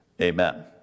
amen